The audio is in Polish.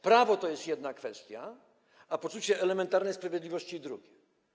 Prawo to jest jedna kwestia, a poczucie elementarnej sprawiedliwości - druga.